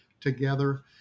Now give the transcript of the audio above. together